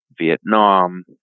Vietnam